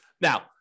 Now